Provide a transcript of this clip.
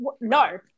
No